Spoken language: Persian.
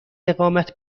اقامت